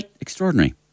Extraordinary